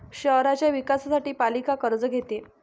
शहराच्या विकासासाठी पालिका कर्ज घेते